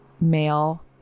male